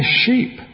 sheep